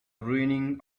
ruining